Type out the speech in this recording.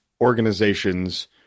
organizations